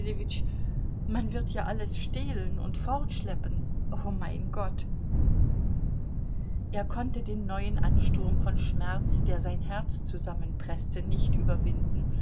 man wird ja alles stehlen und fortschleppen oh mein gott er konnte den neuen ansturm von schmerz der sein herz zusammenpreßte nicht überwinden